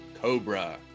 Cobra